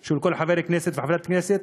של כל חבר כנסת וחברת כנסת,